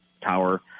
tower